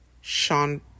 Sean